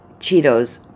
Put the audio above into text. Cheetos